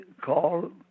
call